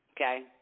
Okay